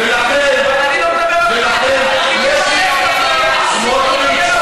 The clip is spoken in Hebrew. חיליק, אני לא מדבר על, סמוטריץ,